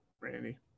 Randy